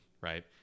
right